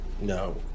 no